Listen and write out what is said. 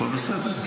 הכול בסדר.